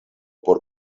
por